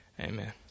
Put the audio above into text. amen